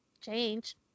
change